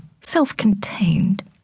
self-contained